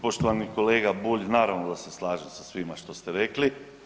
Poštovani kolega Bulj, naravno da se slažem sa svime što ste rekli.